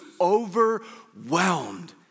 overwhelmed